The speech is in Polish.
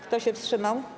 Kto się wstrzymał.